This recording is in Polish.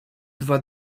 dwa